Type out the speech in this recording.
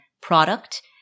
product